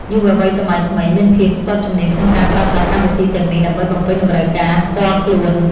យុវវ័យសម័យថ្មីមានភាពស្ទាត់ជំនាញក្នុងការប្រើប្រាស់កម្មវិធីទាំងនេះដើម្បីបំពេញតម្រូវការផ្ទាល់ខ្លួន។